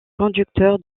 conducteur